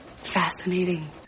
fascinating